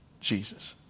Jesus